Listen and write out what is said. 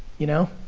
you know